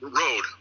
road